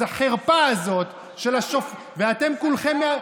אז החרפה הזאת של, ואתם כולכם,